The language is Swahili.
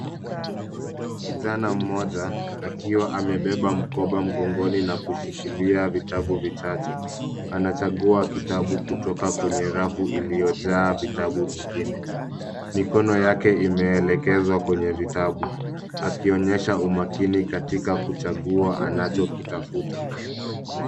Kijana mmoja akiwa amebeba mkoba mgongoni na kushikilia vitabu vichache. Anachagua kitabu kutoka kwenye rafu iliyojaa vitabu vingine. Mikono yake imeelekezwa kwenye vitabu. Akionyesha umakini katika kuchgua anachokitafuta.